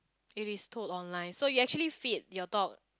it is told online so you actually feed your dog